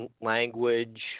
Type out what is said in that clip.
language